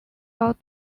out